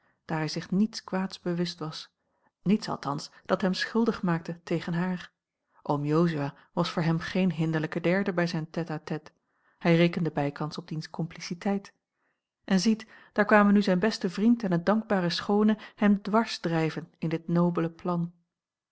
daar hij zich niets kwaads bewust was niets althans dat hem schuldig maakte tegen haar oom jozua was voor hem geen hinderlijke derde bij zijn tte à tte hij rekende bijkans op diens compliciteit en ziet daar kwamen nu zijn beste vriend en eene dankbare schoone hem dwarsdrijven in dit nobele plan